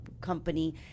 company